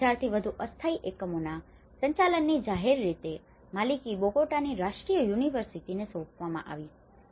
6000 થી વધુ અસ્થાયી એકમોના સંચાલનની જાહેર રીતે માલિકી બોગોટાની રાષ્ટ્રીય યુનિવર્સિટીને સોંપવામાં આવી હતી